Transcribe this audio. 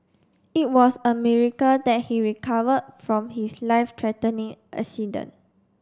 it was a miracle that he recovered from his life threatening accident